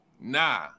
Nah